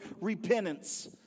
repentance